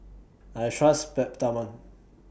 I Trust Peptamen